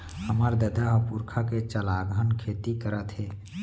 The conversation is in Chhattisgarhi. हमर ददा ह पुरखा के चलाघन खेती करत हे